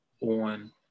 on